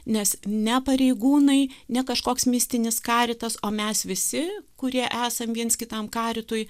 nes ne pareigūnai ne kažkoks mistinis karitas o mes visi kurie esam viens kitam karitui